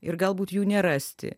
ir galbūt jų nerasti